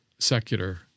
secular